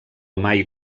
mai